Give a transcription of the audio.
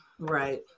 Right